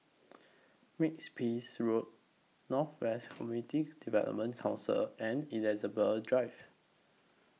Makes Peace Road North West Community Development Council and Elizabeth Drive